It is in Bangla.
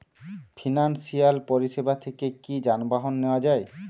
ফিনান্সসিয়াল পরিসেবা থেকে কি যানবাহন নেওয়া যায়?